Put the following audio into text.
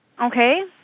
Okay